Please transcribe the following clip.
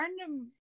random